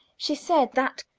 she said that,